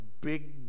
big